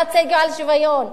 על הצדק ועל שוויון.